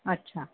अच्छा